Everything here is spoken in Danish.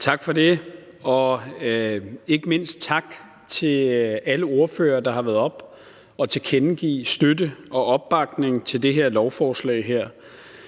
Tak for det, og ikke mindst tak til alle ordførere, der har været oppe at tilkendegive støtte og opbakning til det her lovforslag.